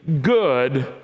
good